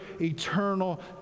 eternal